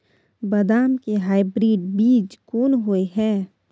बदाम के हाइब्रिड बीज कोन होय है?